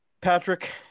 Patrick